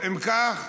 אם כך,